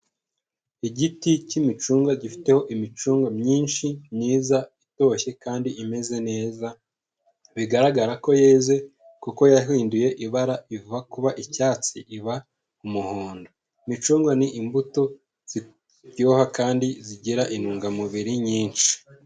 Igiti cy'imicunga gifite imicunga myinshi, myiza, itoshye, kandi imeze neza, bigaragara ko yeze kuko yahinduye ibara iva kuba icyatsi iba umuhondo. Imicunga ni imbuto ziryoha kandi zigira intungamubiri nyinshi.